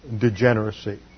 degeneracy